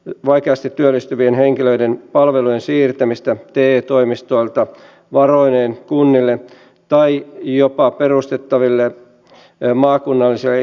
l vaikeasti työllistyvien henkilöiden palvelujen siirtämistä te toimistoilta varoineen kunnille tai jopa perustettaville maakunnallisille itsehallintoalueille